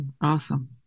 Awesome